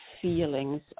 feelings